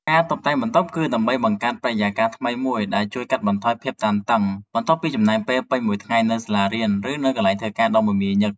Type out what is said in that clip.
ការតុបតែងបន្ទប់ គឺដើម្បីបង្កើតបរិយាកាសថ្មីមួយដែលជួយកាត់បន្ថយភាពតានតឹង បន្ទាប់ពីចំណាយពេលពេញមួយថ្ងៃនៅសាលារៀន ឬនៅកន្លែងធ្វើការដ៏មមាញឹក។